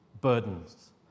burdens